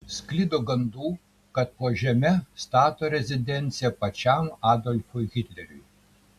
sklido gandų kad po žeme stato rezidenciją pačiam adolfui hitleriui